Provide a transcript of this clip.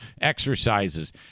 exercises